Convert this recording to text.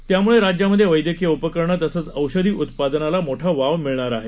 यामुळे राज्यामध्ये वैद्यकीय उपकरणं तसंच औषधी उत्पादनाला मोठा वाव मिळणार आहे